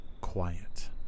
quiet